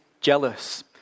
jealous